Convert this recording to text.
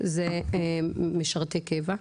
משרתי קבע,